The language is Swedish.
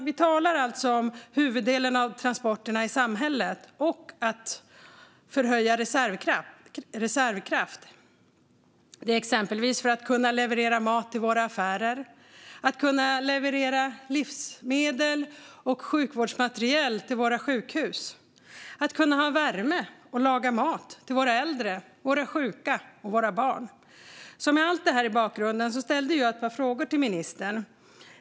Vi talar alltså om huvuddelen av transporterna i samhället och om att förhöja reservkraft, exempelvis för att kunna leverera mat till våra affärer, kunna leverera livsmedel och sjukvårdsmateriel till våra sjukhus och kunna ha värme och laga mat åt våra äldre, våra sjuka och våra barn. Med allt det här som bakgrund ställde jag ett par frågor till ministern.